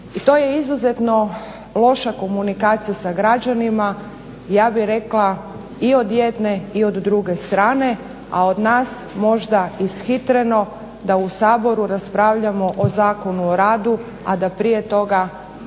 i to je izuzetno loša komunikacija sa građanima, ja bih rekla i od jedne i od druge strane, a od nas možda ishitreno da u Saboru raspravljamo o Zakonu o radu, a da prije toga